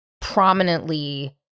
prominently